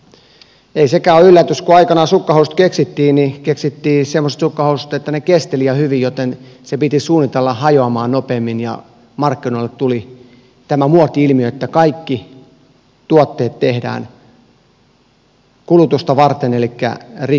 ei sekään ole yllätys että kun aikanaan sukkahousut keksittiin niin keksittiin semmoiset sukkahousut että ne kestivät liian hyvin joten ne piti suunnitella hajoamaan nopeammin ja markkinoille tuli tämä muoti ilmiö että kaikki tuotteet tehdään kulutusta varten elikkä rikki meneviksi